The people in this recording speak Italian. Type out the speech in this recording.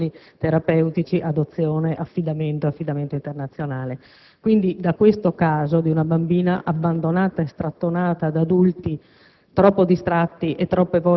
anche qui ora, tra soggiorni terapeutici, adozione, affidamento ed affidamento internazionale. Affrontando il caso di una bambina abbandonata e strattonata da adulti